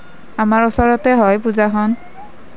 আমাৰ ওচৰতে হয় পূজাখন